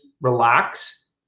relax